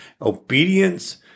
Obedience